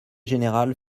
général